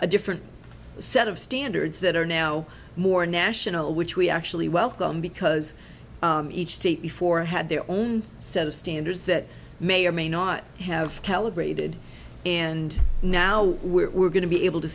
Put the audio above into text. a different set of standards that are now more national which we actually welcome because each state before had their own set of standards that may or may not have calibrated and now we're going to be able to